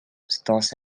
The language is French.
stances